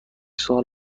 سال